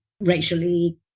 racially